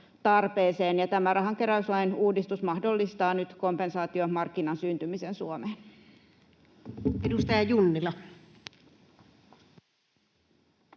Tämä uudistus mahdollistaa nyt kompensaatiomarkkinan syntymisen Suomeen. Edustaja Junnila.